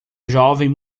jovem